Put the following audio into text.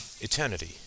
eternity